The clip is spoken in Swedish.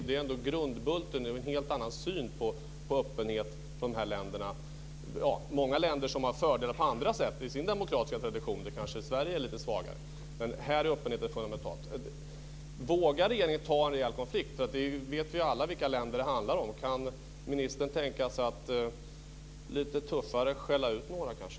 Det är grundbulten. Man har en helt annan syn på öppenhet i de här länderna, många länder som har fördelar på andra sätt i sin demokratiska tradition där Sverige kanske är lite svagare. Här är öppenheten fundamental. Vågar regeringen ta en rejäl konflikt? Vi vet alla vilka länder det handlar om. Kan ministern tänka sig att lite tuffare skälla ut några kanske?